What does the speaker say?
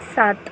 सात